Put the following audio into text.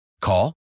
call